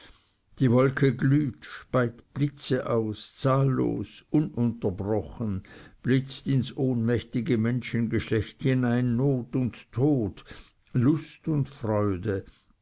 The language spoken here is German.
die wolke glüht speit blitze aus zahllos ununterbrochen blitzt ins ohnmächtige menschengeschlecht hinein not und tod lust und freude